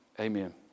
amen